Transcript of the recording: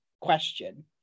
question